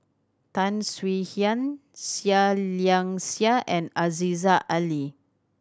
Tan Swie Hian Seah Liang Seah and Aziza Ali